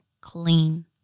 clean